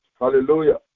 Hallelujah